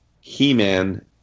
he-man